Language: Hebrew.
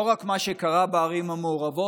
לא רק ממה שקרה בערים המעורבות,